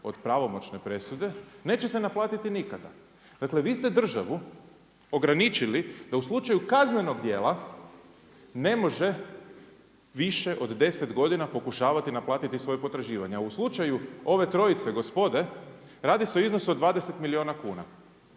od pravomoćne presude, neće se naplatiti nikada. Dakle vi ste državu ograničili da u slučaju kaznenog djela, ne može više od 10 godina pokušavati naplatiti svoje potraživanje, a u slučaju ove trojice gospode, radi se o iznosu od 20 milijuna kuna.